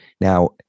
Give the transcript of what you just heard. Now